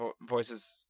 voices